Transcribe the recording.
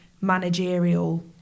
managerial